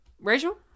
Rachel